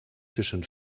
tussen